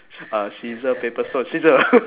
uh scissor paper stone scissors